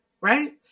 right